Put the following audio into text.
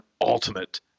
ultimate